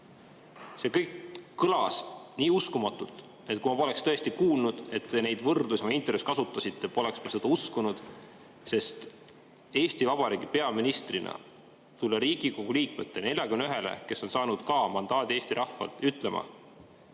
See kõik kõlas nii uskumatult, et kui ma poleks tõesti kuulnud, et te neid võrdlusi intervjuus kasutasite, poleks ma seda uskunud. Eesti Vabariigi peaministrina tulla Riigikogu liikmetele, 41 liikmele, kes on saanud mandaadi Eesti rahvalt, ütlema,